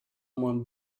moins